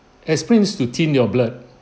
aspirin is to thin your blood